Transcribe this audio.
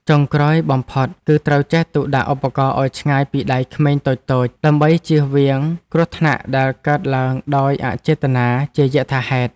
ចុងក្រោយបំផុត គឺត្រូវចេះទុកដាក់ឧបករណ៍ឱ្យឆ្ងាយពីដៃក្មេងតូចៗ ដើម្បីជៀសវាងគ្រោះថ្នាក់ដែលកើតឡើងដោយអចេតនាជាយថាហេតុ។